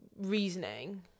reasoning